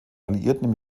alliierten